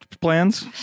plans